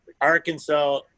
Arkansas